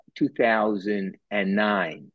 2009